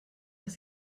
dass